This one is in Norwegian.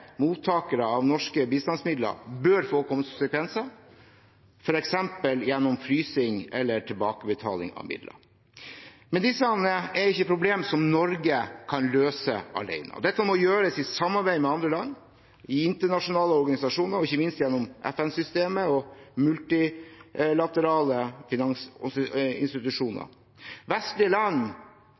mottakere av norske bistandsmidler bør få konsekvenser, f.eks. gjennom frysing eller tilbakebetaling av midler. Men dette er ikke problemer som Norge kan løse alene. Dette må gjøres i samarbeid med andre land, i internasjonale organisasjoner og ikke minst gjennom FN-systemet og multilaterale institusjoner. Vestlige land